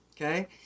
Okay